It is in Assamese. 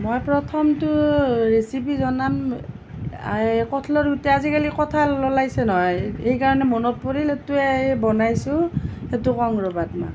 মই প্ৰথমটো ৰেচিপি জনাম কঁঠালৰ দুইটা আজিকালি কঁঠাল ওলাইছে নহয় এই কাৰণে মনত পৰিল এইটোৱে বনাইছোঁ সেইটো কওঁ ৰ'বা তোমাক